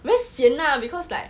where sian lah because like